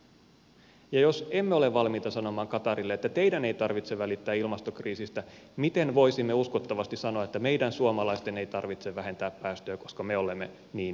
ja jos emme ole valmiita sanomaan qatarille että teidän ei tarvitse välittää ilmastokriisistä miten voisimme uskottavasti sanoa että meidän suomalaisten ei tarvitse vähentää päästöjä koska me olemme niin pieni maa